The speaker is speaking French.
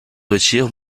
retire